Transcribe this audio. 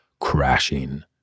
crashing